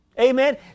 Amen